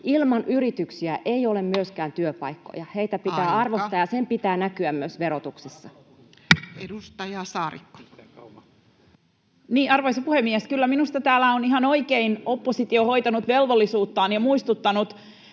Ilman yrityksiä ei ole myöskään työpaikkoja. [Puhemies: Aika!] Heitä pitää arvostaa, ja sen pitää näkyä myös verotuksessa. Edustaja Saarikko. Arvoisa puhemies! Kyllä minusta täällä on ihan oikein oppositio hoitanut velvollisuuttaan ja muistuttanut